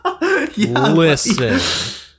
listen